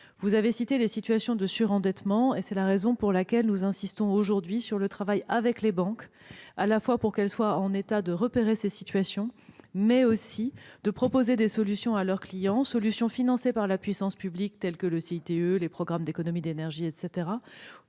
Vous avez évoqué les situations de surendettement. C'est la raison pour laquelle nous insistons aujourd'hui sur le travail avec les banques, à la fois pour qu'elles soient en état de repérer ces situations, mais aussi de proposer des solutions à leurs clients, solutions financées par la puissance publique au travers du CITE ou des programmes d'économie d'énergie, et